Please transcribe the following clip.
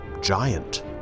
giant